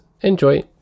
Enjoy